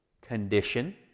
condition